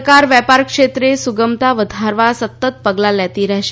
સરકાર વેપારક્ષેત્રે સુગમતા વધારવા સતત પગલાં લેતી રહેશે